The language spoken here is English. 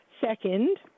second